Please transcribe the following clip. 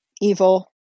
evil